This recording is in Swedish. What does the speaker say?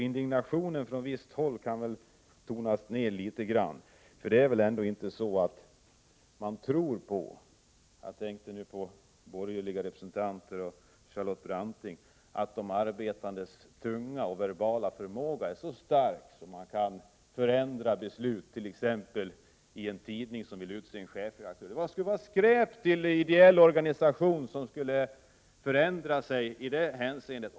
Indignationen från visst håll tycker jag därför kan tonas ned något. Man kan väl ändå inte tro på — jag tänkte på de borgerligas representanter och Charlotte Branting — att de arbetandes verbala förmåga är så stark att man kan förändra beslut, t.ex. när en tidning skall utse chefredaktör. Det skulle vara skräp till ideell organisation som ändrade sig i det hänseendet.